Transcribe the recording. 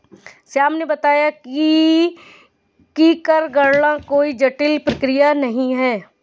श्याम ने बताया कि कर गणना कोई जटिल प्रक्रिया नहीं है